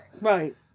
right